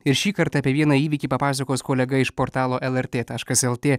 ir šįkart apie vieną įvykį papasakos kolega iš portalo lrt taškas lt